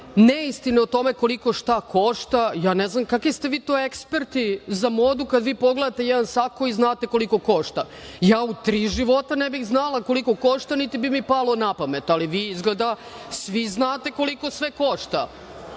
neistine o tome koliko šta košta. Ne znam kakvi ste vi to eksperti za modu kada vi pogledate jedan sako i znate koliko košta, ja u tri života ne bih znala koliko košta, niti bi mi palo napamet, ali vi izgleda svi znate koliko sve košta. Pri